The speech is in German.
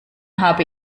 habe